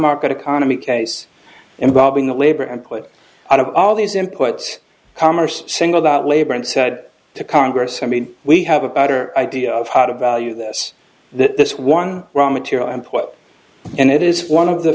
market economy case involving the labor and put out of all these imports commerce singled out labor and said to congress i mean we have a better idea of how to value this that this one raw material import and it is one of the